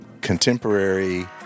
contemporary